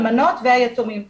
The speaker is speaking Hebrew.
אלמנות ויתומים כמובן.